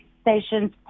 stations